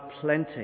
plenty